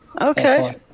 Okay